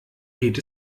geht